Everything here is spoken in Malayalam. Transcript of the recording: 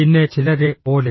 പിന്നെ ചിലരെ പോലെ